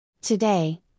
Today